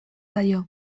zaio